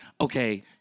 okay